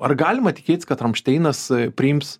ar galima tikėtis kad ramšteinas priims